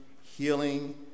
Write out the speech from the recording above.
healing